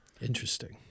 Interesting